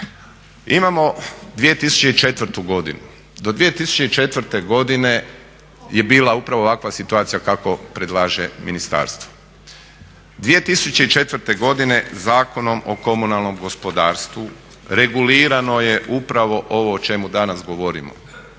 Imamo 2004. godinu, do 2004. godine je bila upravo ovakva situacija kako predlaže ministarstvo. 2004. godine Zakonom o komunalnom gospodarstvu regulirano je upravo ovo o čemu danas govorimo,